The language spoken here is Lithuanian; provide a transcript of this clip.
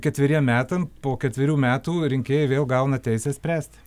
ketveriem metam po ketverių metų rinkėjai vėl gauna teisę spręst